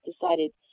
decided